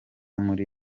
muri